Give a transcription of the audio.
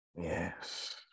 Yes